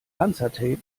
panzertape